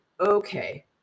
okay